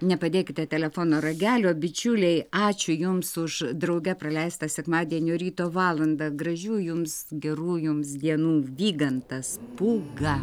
nepadėkite telefono ragelio bičiuliai ačiū jums už drauge praleistą sekmadienio ryto valandą gražių jums gerų jums dienų vygantas pūga